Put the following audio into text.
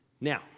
now